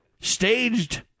staged